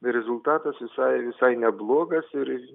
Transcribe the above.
rezultatas visai visai neblogas ir